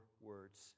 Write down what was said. words